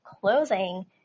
closing